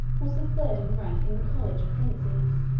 was the third in rank in the college of princes,